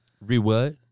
Re-what